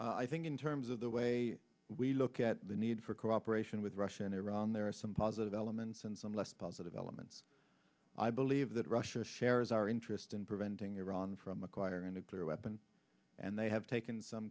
please i think in terms of the way we look at the need for cooperation with russia and iran there are some positive elements and some less positive elements i believe that russia shares our interest in preventing iran from acquiring a nuclear weapon and they have taken some